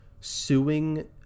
suing